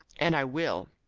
and i will.